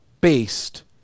based